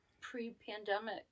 pre-pandemic